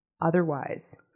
otherwise